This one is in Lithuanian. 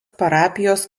parapijos